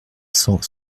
cent